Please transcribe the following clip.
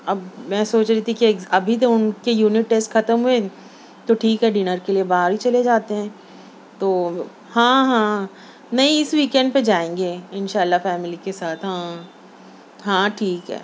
اب میں سوچ رہی تھی کہ ابھی تو ان کے یونٹ ٹیسٹ ختم ہوئے ہیں تو ٹھیک ہے ڈنر کے لیے باہر ہی چلے جاتے ہیں تو ہاں ہاں نہیں اس ویکینڈ پہ جائیں گے ان شاء اللہ فیملی کے ساتھ ہاں ہاں ٹھیک ہے